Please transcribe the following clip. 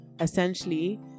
Essentially